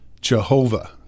Jehovah